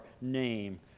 name